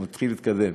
הוא מתחיל להתקדם.